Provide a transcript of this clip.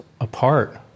apart